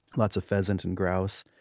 lots of pheasant and grouse.